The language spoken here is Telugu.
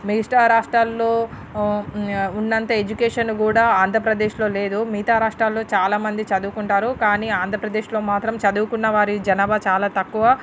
మిగతా రాష్ట్రాల్లో య ఉన్నంత ఎడ్యుకేషన్ కూడా ఆంధ్రప్రదేశ్లో లేదు మిగతా రాష్ట్రాలు చాలామంది చదువుకుంటారు కానీ ఆంధ్రప్రదేశ్లో మాత్రం చదువుకున్న వారి జనాభా చాలా తక్కువ